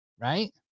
Right